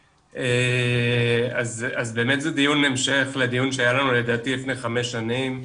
באמת זה דיון המשך לדיון שהיה לנו לפני חמש שנים.